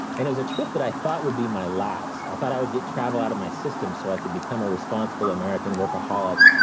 and it was a trip that i thought would be my last. i thought i would get travel out of my system so i could become a responsible american workaholic,